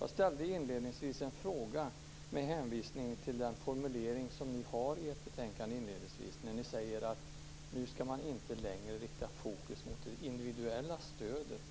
Jag ställde inledningsvis en fråga med hänvisning till den formulering som ni har i inledningen av betänkandet där ni säger att nu skall man inte längre rikta fokus mot det individuella stödet